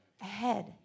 ahead